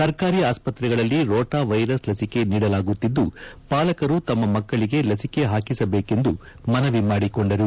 ಸರ್ಕಾರಿ ಆಸ್ವತ್ರೆಗಳಲ್ಲಿ corona virus ಲಸಿಕೆ ನೀಡಲಾಗುತ್ತಿದ್ದು ಪಾಲಕರು ತಮ್ಮ ಮಕ್ಕಳಿಗೆ ಲಸಿಕೆ ಹಾಕಿಸಬೇಕೆಂದು ಮನವಿ ಮಾಡಿಕೊಂಡರು